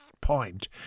point